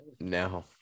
No